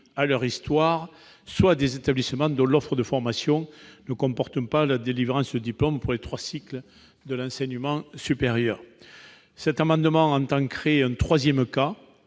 à leur histoire, soit à des établissements dont l'offre de formation ne comporte pas la délivrance de diplômes pour les trois cycles de l'enseignement supérieur. Cet amendement vise à créer un troisième cas